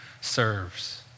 serves